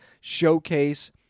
showcase